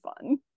fun